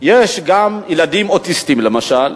יש גם ילדים אוטיסטים, למשל.